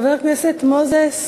חבר הכנסת מוזס?